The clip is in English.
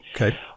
Okay